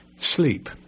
sleep